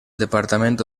departamento